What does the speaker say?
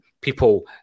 People